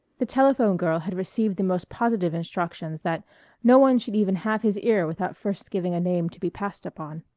the telephone girl had received the most positive instructions that no one should even have his ear without first giving a name to be passed upon.